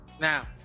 now